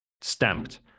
stamped